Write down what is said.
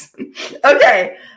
Okay